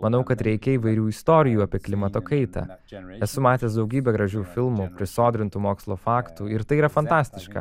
manau kad reikia įvairių istorijų apie klimato kaitą esu matęs daugybę gražių filmų prisodrintų mokslo faktų ir tai yra fantastiška